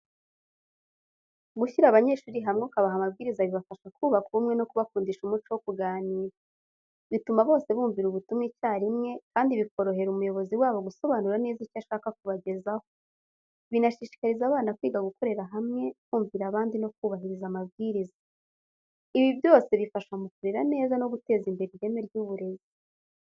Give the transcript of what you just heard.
Gushyira abanyeshuri hamwe ukabaha amabwiriza bibafasha kubaka ubumwe no kubakundisha umuco wo kuganira. Bituma bose bumvira ubutumwa icyarimwe, kandi bikorohera umuyobozi wabo gusobanura neza icyo ashaka kubagezaho. Binashishikariza abana kwiga gukorera hamwe, kumvira abandi no kubahiriza amabwiriza. Ibi byose bifasha mu kurera neza no guteza imbere ireme ry’uburezi.